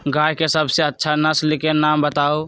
गाय के सबसे अच्छा नसल के नाम बताऊ?